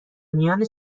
میان